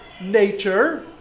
nature